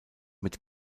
mit